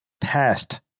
past